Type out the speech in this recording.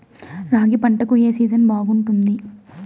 రాగి పంటకు, ఏ సీజన్ బాగుంటుంది?